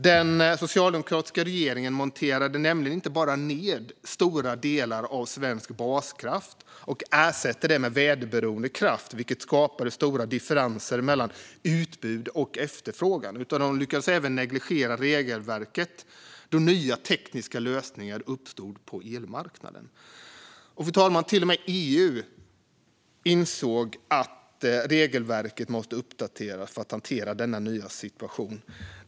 Den socialdemokratiska regeringen monterade nämligen inte bara ned stora delar av svensk baskraft och ersatte den med väderberoende kraft, vilket skapade stora differenser mellan utbud och efterfrågan, utan den lyckades även negligera regelverket då nya tekniska lösningar uppstod på elmarknaden. Fru talman! Till och med EU insåg att regelverket måste uppdateras för att hantera denna nya situation.